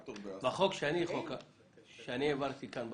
בחוק שאני העברתי כאן בוועדה,